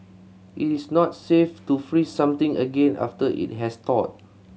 it is not safe to freeze something again after it has thawed